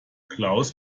klaus